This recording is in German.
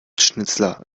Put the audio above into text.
schnitzler